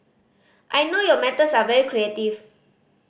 I know your methods are very creative